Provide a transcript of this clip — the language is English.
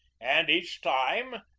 and each time,